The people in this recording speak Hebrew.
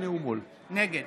נגד